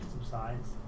subsides